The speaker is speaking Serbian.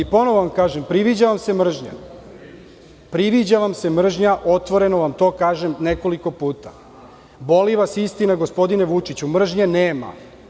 Ponovo vam kažem, priviđa vam se mržnja, otvoreno vam to kažem nekoliko puta, boli vas istina, gospodine Vučiću, mržnje nema.